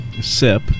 SIP